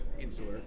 insular